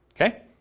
okay